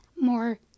more